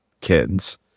kids